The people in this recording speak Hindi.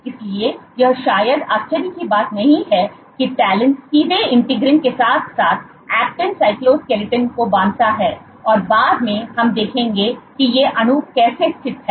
इसलिए यह शायद आश्चर्य की बात नहीं है कि टैलिन सीधे इंटीग्रीन के साथ साथ ऐक्टिन साइटोस्केलेटन को बांधता है और बाद में हम देखेंगे कि ये अणु कैसे स्थित हैं